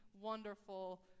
wonderful